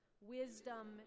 wisdom